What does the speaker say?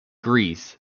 greece